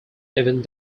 event